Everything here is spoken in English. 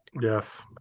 Yes